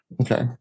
Okay